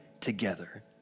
together